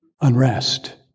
unrest